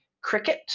cricket